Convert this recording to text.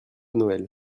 noël